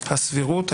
הסבירות,